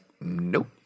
nope